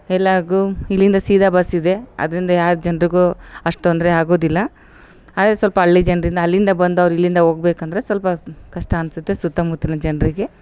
ಎಲ್ಲಾರ್ಗು ಇಲ್ಲಿಂದ ಸೀದಾ ಬಸ್ ಇದೆ ಅದರಿಂದ ಯಾವ ಜನರಿಗು ಅಷ್ಟು ತೊಂದರೆ ಆಗೊದಿಲ್ಲ ಆಗಾಗ ಸ್ವಲ್ಪ ಹಳ್ಳಿ ಜನರಿಂದ ಅಲ್ಲಿಂದ ಬಂದೋರು ಇಲ್ಲಿಂದ ಹೋಗ್ಬೇಕಂದ್ರೆ ಸ್ವಲ್ಪ ಸ್ ಕಷ್ಟ ಅನಿಸುತ್ತೆ ಸುತ್ತ ಮುತ್ಲಿನ ಜನರಿಗೆ